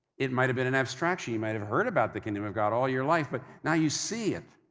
it might have been an abstraction, you might have heard about the kingdom of god all your life, but now you see it.